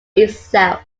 itself